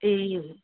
ए हो